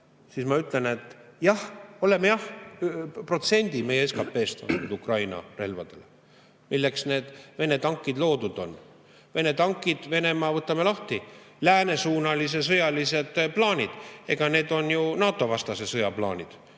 Ma ütlen, et jah, oleme jah protsendi meie SKP‑st andnud Ukraina relvadele. Milleks need Vene tankid loodud on? Vene tankid … Võtame lahti Venemaa läänesuunalised sõjalised plaanid – need on ju NATO-vastase sõja plaanid.